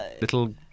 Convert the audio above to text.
Little